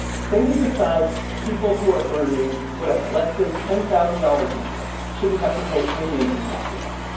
say we decide people who are earning whatever less than ten thousand dollars a year shouldn't have to pay any income tax at all.